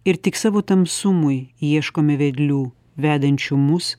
ir tik savo tamsumui ieškome vedlių vedančių mus